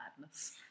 madness